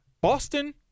Boston